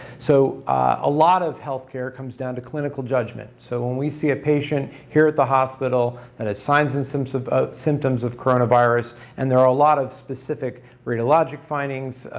so a lot of healthcare comes down to clinical judgment. so when we see a patient here at the hospital that has signs and symptoms of ah symptoms of coronavirus and there are a lot of specific radiologic findings,